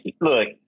look